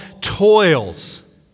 toils